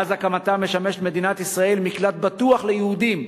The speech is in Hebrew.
מאז הקמתה משמשת מדינת ישראל מקלט בטוח ליהודים